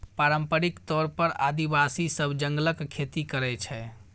पारंपरिक तौर पर आदिवासी सब जंगलक खेती करय छै